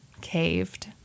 caved